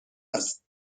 است